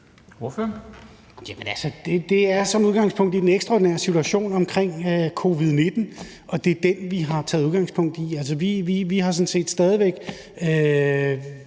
det er som udgangspunkt på grund af den ekstraordinære situation omkring covid-19, og det er den, vi har taget udgangspunkt i. Altså, vi